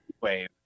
wave